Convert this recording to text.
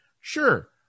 Sure